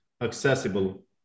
accessible